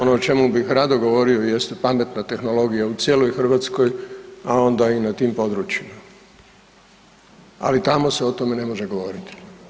Ono o čemu bih rado govorio jeste pametna tehnologija u cijeloj Hrvatskoj, a onda i na tim područjima, ali tamo se o tome ne može govoriti.